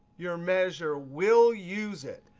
your measure will use it.